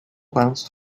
bounced